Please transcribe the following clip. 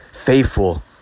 faithful